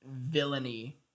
villainy